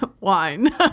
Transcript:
wine